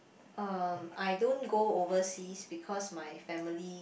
um I don't go overseas because my family